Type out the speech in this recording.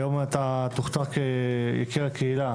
היום אתה תוכתר כיקיר הקהילה,